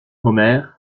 omer